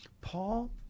Paul